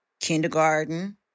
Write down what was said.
kindergarten